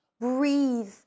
Breathe